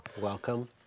Welcome